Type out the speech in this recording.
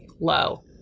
low